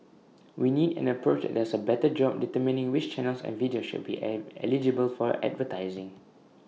we need an approach that does A better job determining which channels and videos should be able eligible for advertising